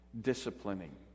disciplining